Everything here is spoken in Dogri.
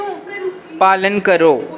पालन करो